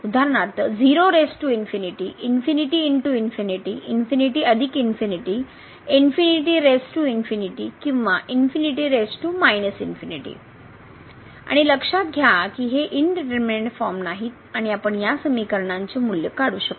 उदाहरणार्थ किंवा आणि लक्षात घ्या की हे इनडीटरमीनेट फॉर्म नाहीत आणि आपण या समीकरणांचे मूल्य काढू शकतो